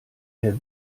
herr